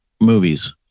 movies